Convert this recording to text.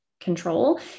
control